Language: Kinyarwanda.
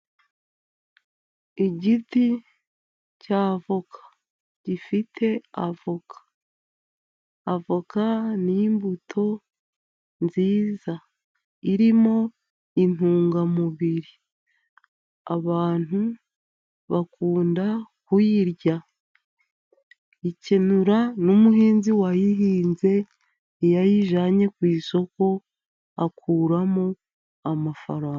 Igiti cya avoka gifite avoka. Avoka ni imbuto nziza irimo intungamubiri. Abantu bakunda kuyirya, ikenura n'umuhinzi wayihinze, iyo ayijyanye ku isoko akuramo amafaranga.